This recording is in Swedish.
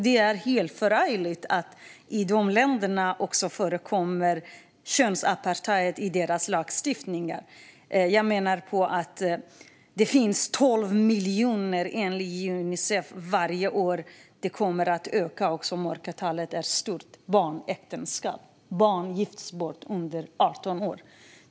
Det är förfärligt att det i dessa länder också förekommer könsapartheid i lagstiftningen. Enligt Unicef handlar det om 12 miljoner barnäktenskap varje år, och antalet kommer att öka - mörkertalet är stort. Barn under 18 år gifts bort.